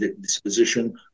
disposition